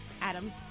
Adam